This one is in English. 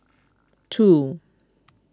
two